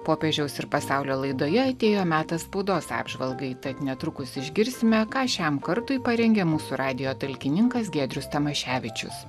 popiežiaus ir pasaulio laidoje atėjo metas spaudos apžvalgai tad netrukus išgirsime ką šiam kartui parengė mūsų radijo talkininkas giedrius tamaševičius